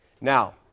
Now